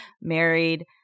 married